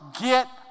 get